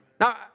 Now